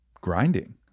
grinding